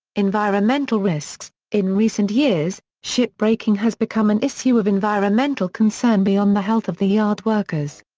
environmental risks in recent years, ship breaking has become an issue of environmental concern beyond the health of the yard workers.